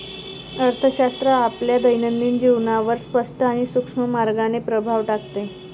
अर्थशास्त्र आपल्या दैनंदिन जीवनावर स्पष्ट आणि सूक्ष्म मार्गाने प्रभाव टाकते